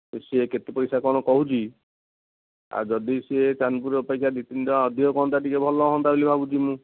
ତ ସେ କେତେ ପଇସା କ'ଣ କହୁଛି ଆଉ ଯଦି ସେ ଚାନ୍ଦପୁର ଅପେକ୍ଷା ଦୁଇ ତିନି ଟଙ୍କା ଅଧିକ କୁହନ୍ତା ଟିକିଏ ଭଲ ହୁଅନ୍ତା ବୋଲି ଭାବୁଛି ମୁଁ